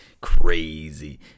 crazy